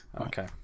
Okay